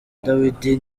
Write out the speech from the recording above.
dawidi